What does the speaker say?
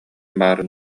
баар